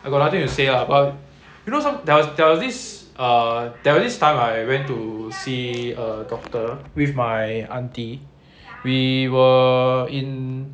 I got nothing to say lah about you know some there's there was this err there is this time I went to see a doctor with my aunty we were in